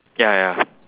ya ya ya